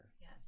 Yes